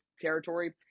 territory